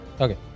Okay